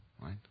right